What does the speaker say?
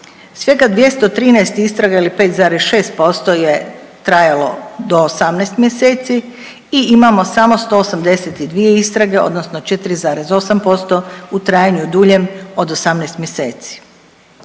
Svega 213 istraga ili 5,6% je trajalo do 18 mjeseci i imamo samo 182 istrage, odnosno 4,8% u trajanju duljem od 18 mjeseci.